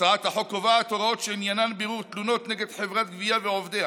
הצעת החוק קובעת הוראות שעניינן בירור תלונות נגד חברת גבייה ועובדיה